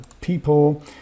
People